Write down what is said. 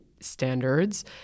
standards